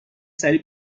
سری